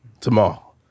tomorrow